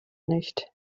nicht